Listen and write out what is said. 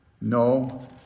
No